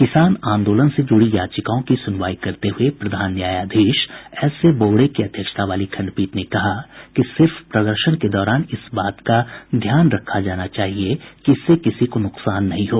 किसान आंदोलन से जुड़ी याचिकाओं की सुनवाई करते हुए प्रधान न्यायाधीश एसए बोबड़े की अध्यक्षता वाली खंडपीठ ने कहा कि सिर्फ प्रदर्शन के दौरान इस बात का ख्याल रखा जाना चाहिए कि इससे किसी को नुकसान नहीं हो